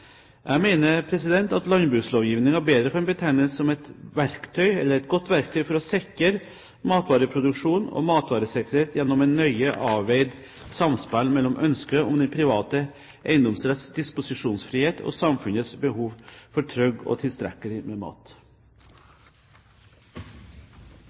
Jeg mener at landbrukslovgivningen bedre kan betegnes som et godt verktøy for å sikre matvareproduksjon og matvaresikkerhet gjennom et nøye avveid samspill mellom ønsket om den private eiendomsretts disposisjonsfrihet og samfunnets behov for trygg og tilstrekkelig mat. Jeg takker statsråden for svaret, selv om jeg ikke er helt fornøyd med